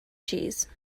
cheese